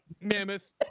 Mammoth